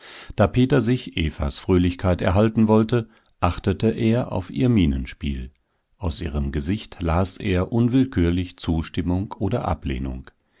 da peter sich evas fröhlichkeit erhalten wollte achtete er auf ihr mienenspiel aus ihrem gesicht las er unwillkürlich zustimmung oder ablehnung